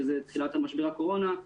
שזה תחילת משבר הקורונה,